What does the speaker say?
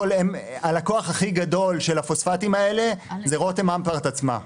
הלקוח הכי גדול של הפוספטים האלה זה רותם אמפרט עצמה,